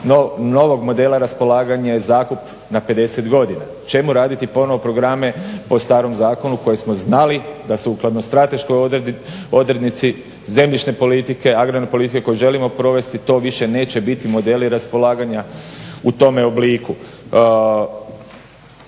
novog modela raspolaganja je zakup na 50 godina. Čemu raditi ponovo programe o starom zakonu koje smo znali da sukladno strateškoj odrednici zemljišne politike, agrarne politike koju želimo provesti to više neće biti modeli raspolaganja u tome obliku.